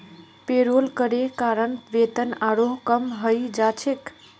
payroll करे कारण वेतन आरोह कम हइ जा छेक